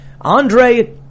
Andre